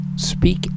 speak